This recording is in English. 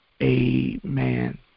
amen